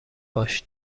باش